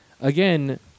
again